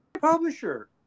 publisher